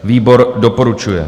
Výbor doporučuje.